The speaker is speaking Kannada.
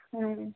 ಹಾಂ